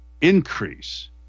increase